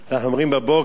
אנחנו אומרים בבוקר: